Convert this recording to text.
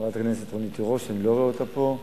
חברת הכנסת רונית תירוש שאני לא רואה אותה פה,